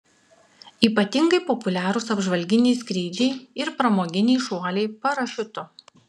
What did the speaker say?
ypatingai populiarūs apžvalginiai skrydžiai ir pramoginiai šuoliai parašiutu